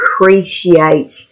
appreciate